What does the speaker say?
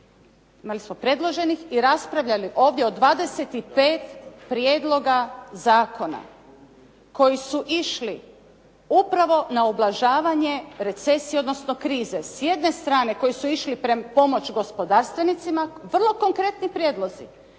imali smo predloženih i raspravljali ovdje o 25 prijedloga zakona koji su išli upravo na ublažavanje recesije, odnosno krize. S jedne strane koji su išli pomoći gospodarstvenicima, vrlo konkretni prijedlozi,